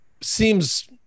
seems